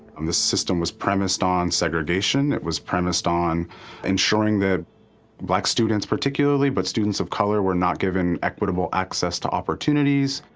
um this system was premised on segregation, it was premised on ensuring that black students particularly but students of color were not given equitable access to opportunities,